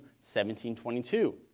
17.22